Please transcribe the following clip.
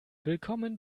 willkommen